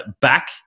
back